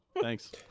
Thanks